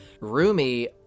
Rumi